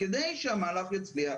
כדי שהמהלך יצליח,